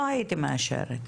לא הייתי מאשרת.